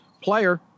player